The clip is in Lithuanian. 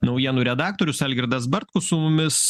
naujienų redaktorius algirdas bartkus su mumis